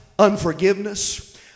Unforgiveness